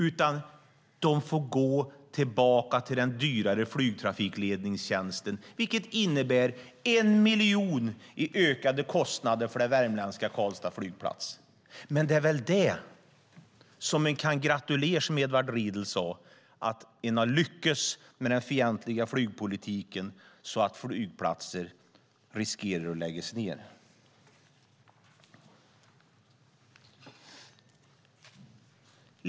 De får i stället gå tillbaka till den dyrare flygtrafikledningstjänsten, vilket innebär 1 miljon i ökade kostnader för värmländska Karlstad flygplats. Man kan väl gratulera, som Edward Riedl sade, till att ha lyckats med den fientliga flygpolitiken så att flygplatser riskerar att läggas ned.